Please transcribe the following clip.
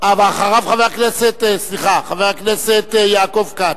סליחה, אחריו, חבר הכנסת יעקב כץ.